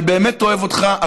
אני באמת אוהב אותך,